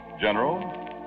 General